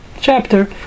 chapter